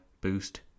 boost